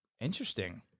Interesting